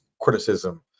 criticism